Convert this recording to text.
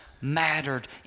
mattered